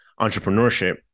entrepreneurship